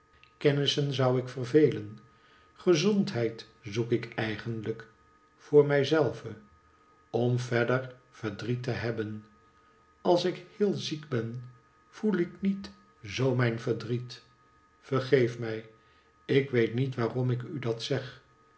kennissen zou ik vervelen gezondheid zoek ik eigenlijk voor mijzelve om verder verdriet te hebben als ik heel ziek ben voel ik niet zoo mijn verdriet vergeef mij ik weet niet waarom ik u dat zeg